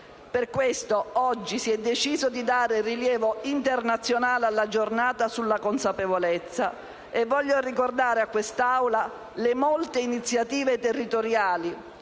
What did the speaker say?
Per questo oggi si è deciso di dare rilievo internazionale alla giornata sulla consapevolezza e voglio ricordare a questa Assemblea le molte iniziative territoriali,